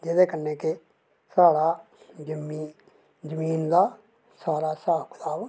एह्दे कन्नै कि साढ़ा जेह्ड़ा जमीन दा सारा स्हाब कताब